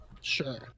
Sure